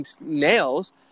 nails